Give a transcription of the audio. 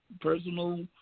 personal